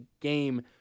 game